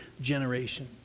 generation